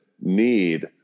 need